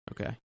Okay